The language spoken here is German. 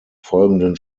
folgenden